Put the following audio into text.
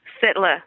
settler